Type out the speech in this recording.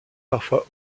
parfois